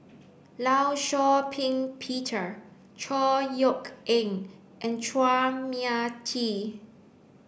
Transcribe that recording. Law Shau Ping Peter Chor Yeok Eng and Chua Mia Tee